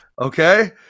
Okay